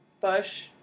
bush